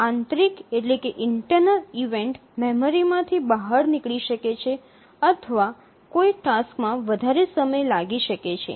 આંતરિક ઇવેન્ટ મેમરીમાંથી બહાર નીકળી શકે છે અથવા કદાચ કોઈ ટાસ્કમાં વધારે સમય લાગી શકે છે